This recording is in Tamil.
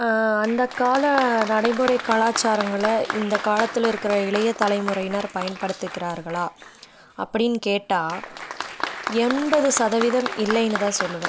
அந்த கால நடைமுறை கலாச்சாரங்களை இந்த காலத்தில் இருக்கிற இளைய தலைமுறையினர் பயன்படுத்துகிறார்களா அப்படின்னு கேட்டால் எண்பது சதவீதம் இல்லைன்னு தான் சொல்லுவேன்